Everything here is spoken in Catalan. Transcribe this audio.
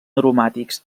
aromàtics